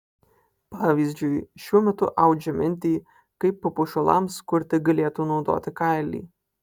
pavyzdžiui šiuo metu audžia mintį kaip papuošalams kurti galėtų naudoti kailį